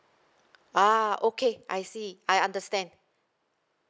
ah okay I see I understand